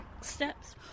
steps